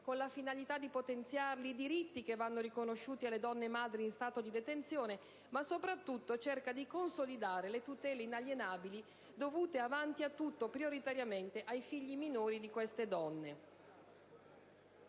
con la finalità di potenziarli, i diritti che vanno riconosciuti alle donne madri in stato di detenzione ma, soprattutto, cerca di consolidare le tutele inalienabili dovute avanti a tutto, prioritariamente, ai figli minori di queste donne.